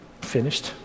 finished